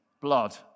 blood